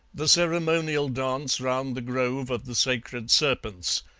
the ceremonial dance round the grove of the sacred serpents,